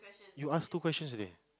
you ask two questions already